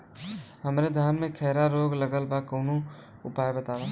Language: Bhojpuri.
हमरे धान में खैरा रोग लगल बा कवनो उपाय बतावा?